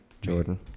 Jordan